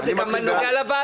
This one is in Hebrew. לא, זה גם נוגע לוועדה.